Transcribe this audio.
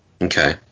Okay